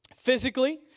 physically